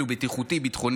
ביטחוני-בטיחותי.